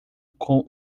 com